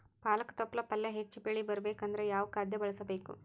ಪಾಲಕ ತೊಪಲ ಪಲ್ಯ ಹೆಚ್ಚ ಬೆಳಿ ಬರಬೇಕು ಅಂದರ ಯಾವ ಖಾದ್ಯ ಬಳಸಬೇಕು?